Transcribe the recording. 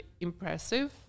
impressive